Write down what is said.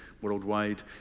worldwide